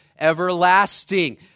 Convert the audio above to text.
everlasting